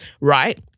right